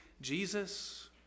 Jesus